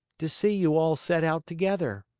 to see you all set out together.